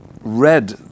read